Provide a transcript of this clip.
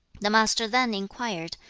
the master then inquired,